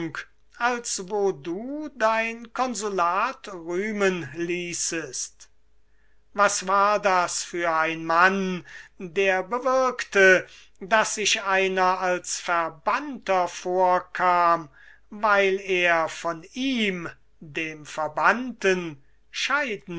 wo du dein consulat rühmen ließest was war das für ein mann der bewirkte daß sich einer als verbannter vorkam weil er von ihm dem verbannten scheiden